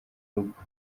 rugo